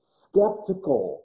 skeptical